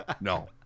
No